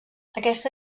aquesta